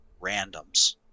randoms